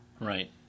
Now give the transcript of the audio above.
Right